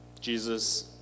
Jesus